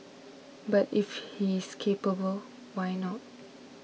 but if he is capable why not